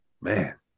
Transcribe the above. Man